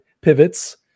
pivots